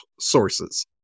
sources